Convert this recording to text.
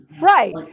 Right